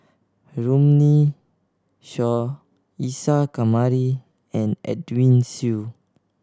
Runme Shaw Isa Kamari and Edwin Siew